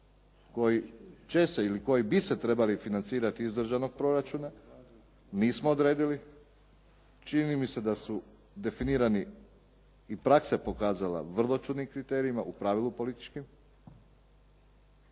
koji će se ili koji bi se trebali financirati iz državnog proračuna nismo odredili. Čini mi se da su definirani i praksa je pokazala vrlo čudnim kriterijima, u pravilu političkim